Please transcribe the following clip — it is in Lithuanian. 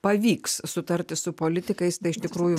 pavyks sutarti su politikais tai iš tikrųjų